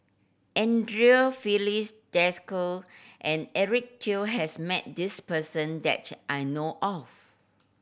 Andre Filipe Desker and Eric Teo has met this person that I know of